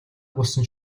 болсон